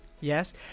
Yes